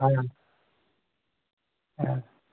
ہاں ہاں